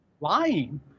lying